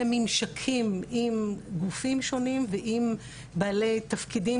וממשקים עם גופים שונים ועם בעלי תפקידים